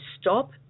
stop